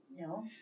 No